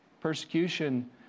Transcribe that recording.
persecution